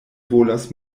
volas